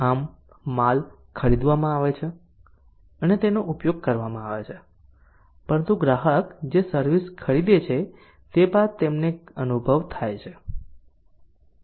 આમ માલ ખરીદવામાં આવે છે અને તેનો ઉપયોગ કરવામાં આવે છે પરંતુ ગ્રાહકો જે સર્વિસ ખરીદે છે તે બાદ તેમને અનુભવ થાય છે